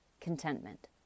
contentment